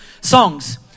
Songs